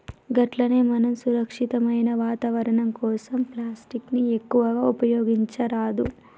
గట్లనే మనం సురక్షితమైన వాతావరణం కోసం ప్లాస్టిక్ ని ఎక్కువగా ఉపయోగించరాదు